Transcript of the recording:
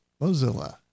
Mozilla